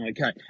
Okay